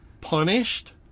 punished